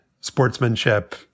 sportsmanship